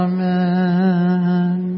Amen